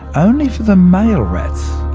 only for the male rats.